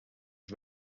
his